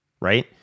right